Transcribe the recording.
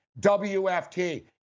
WFT